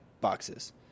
boxes